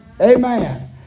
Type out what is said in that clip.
Amen